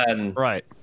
Right